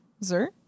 sir